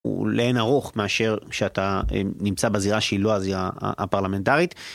הוא לאין ערוך מאשר שאתה נמצא בזירה שהיא לא הזירה הפרלמנטרית.